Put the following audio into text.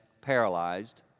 paralyzed